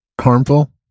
harmful